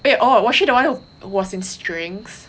wait oh was she the one was in strings